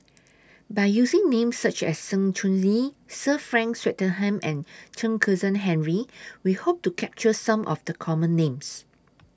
By using Names such as Sng Choon Yee Sir Frank Swettenham and Chen Kezhan Henri We Hope to capture Some of The Common Names